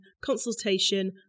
Consultation